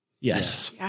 Yes